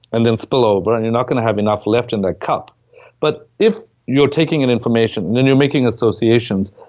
and then spill over and you're not gonna have enough left in that cup but if you're taking in information, then you're making associations,